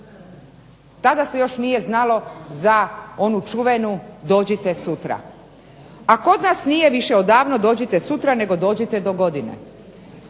Tada se još nije znalo za onu čuvenu dođite sutra, a kod nas nije više odavno dođite sutra nego dođite dogodine.